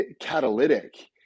catalytic